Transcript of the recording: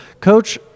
Coach